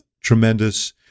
tremendous